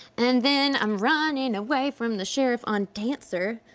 and then i'm running away from the sheriff on dancer.